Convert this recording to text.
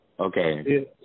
Okay